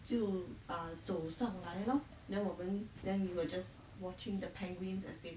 就 err 走上来 lor then 我们 then we will just watching the penguins as they